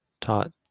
taught